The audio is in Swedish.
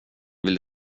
vill